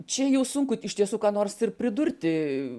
čia jau sunku iš tiesų ką nors pridurti